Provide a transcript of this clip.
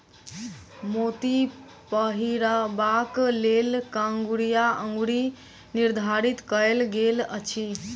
मोती पहिरबाक लेल कंगुरिया अंगुरी निर्धारित कयल गेल अछि